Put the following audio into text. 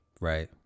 Right